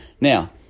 Now